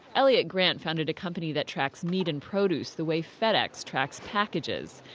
elliott grant founded a company that tracks meat and produce the way fedex tracks packages.